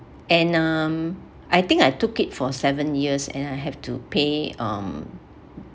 and um I think I took it for seven years and I have to pay um